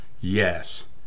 Yes